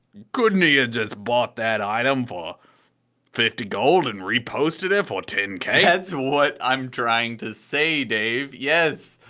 couldn't he have ah just bought that item for fifty gold and reposted it for ten k? that's what i'm trying to say dave! yes!